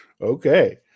Okay